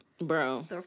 Bro